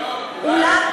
אולי,